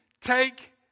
take